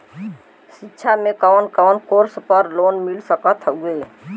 शिक्षा मे कवन कवन कोर्स पर लोन मिल सकत हउवे?